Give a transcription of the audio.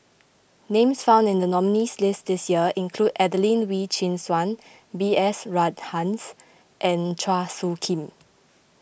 names found in the nominees' list this year include Adelene Wee Chin Suan B S Rajhans and Chua Soo Khim